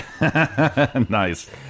Nice